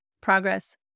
progress